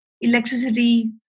electricity